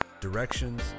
directions